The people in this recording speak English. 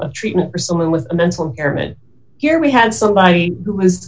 treatment for someone with a mental impairment here we had somebody who